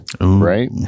right